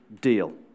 deal